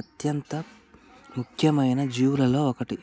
అత్యంత ముఖ్యమైన జీవులలో ఒకటి